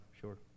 Sure